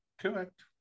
Correct